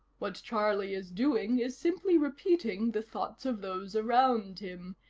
what charlie is doing is simply repeating the thoughts of those around him.